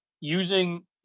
using